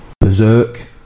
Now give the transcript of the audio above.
berserk